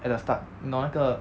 at the start 你懂那个